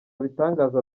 bitangaza